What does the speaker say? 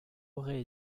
auraient